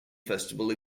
festival